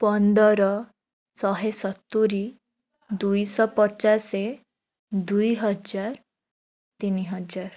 ପନ୍ଦର ଶହେ ସତୁରୀ ଦୁଇଶହ ପଚାଶ ଦୁଇ ହଜାର ତିନି ହଜାର